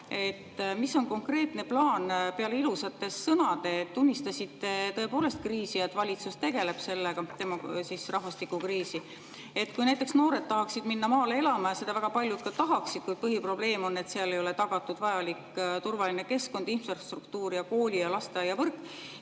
Mis on konkreetne plaan peale ilusate sõnade? Te tunnistasite kriisi [ja ütlesite], et valitsus tegeleb rahvastikukriisiga. Kui näiteks noored tahaksid minna maale elama, ja seda väga paljud ka tahaksid, siis põhiprobleem on see, et seal ei ole tagatud vajalik turvaline keskkond, infrastruktuur ning kooli- ja lasteaiavõrk.